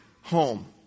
home